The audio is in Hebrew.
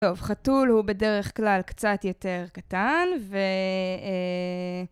טוב, חתול הוא בדרך כלל קצת יותר קטן ו...